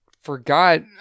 forgot